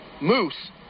Moose